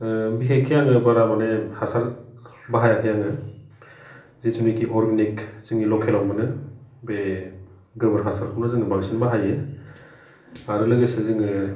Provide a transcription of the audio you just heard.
बिखेकखे आङो बारा मानि हासार बाहायाखै आङो जिथुनाखि अरगानिक जोंनि लकेलाव मोनो बे गोबोर हासारखौनो जोङो बांसिन बाहायो आरो लोगोसे जोङो